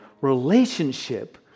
relationship